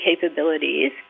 capabilities